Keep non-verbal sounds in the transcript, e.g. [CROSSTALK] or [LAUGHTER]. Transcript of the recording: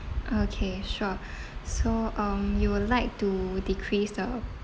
okay sure [BREATH] so um you would like to decrease the